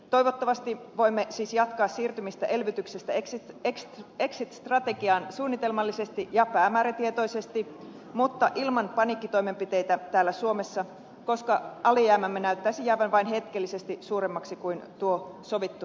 toivottavasti voimme siis jatkaa siirtymistä elvytyksestä exit strategiaan suunnitelmallisesti ja päämäärätietoisesti mutta ilman paniikkitoimenpiteitä täällä suomessa koska alijäämämme näyttäisi jäävän vain hetkellisesti suuremmaksi kuin tuo sovittu raja on